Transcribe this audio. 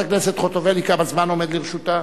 חברת הכנסת חוטובלי, כמה זמן עומד לרשותה?